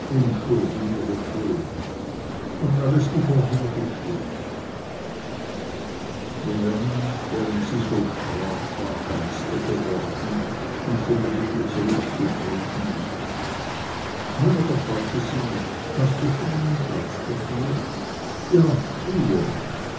unschuld in ihrer schuld und alles wie vorherbestimmt melanie während sie so sprach war ernster geworden und von dem bilde zurückgetreten nun aber fragte sie hast du schon einen platz dafür ja hier